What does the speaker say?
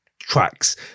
tracks